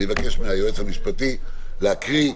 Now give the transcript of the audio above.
אני מבקש מהיועץ המשפטי להקריא,